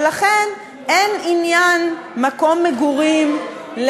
ולכן אין עניין מקום מגורים,